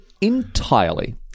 entirely